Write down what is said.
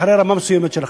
לאחר רמה מסוימת של הכנסה.